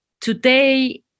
today